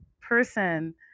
person